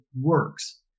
works